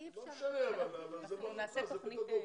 לא משנה, אבל זה באחריותך, זה פדגוגי.